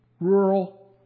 rural